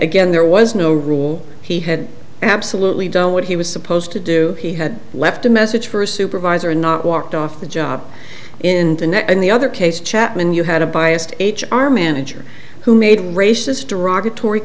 again there was no rule he had absolutely done what he was supposed to do he had left a message for a supervisor not walked off the job in the net and the other case chapman you had a biased h r manager who made racist derogatory